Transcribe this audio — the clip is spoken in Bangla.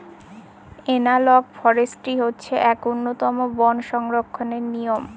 এনালগ ফরেষ্ট্রী হচ্ছে এক উন্নতম বন সংরক্ষণের নিয়ম